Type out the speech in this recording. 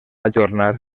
ajornar